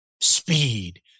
Speed